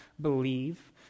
believe